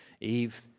Eve